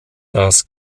das